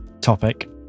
topic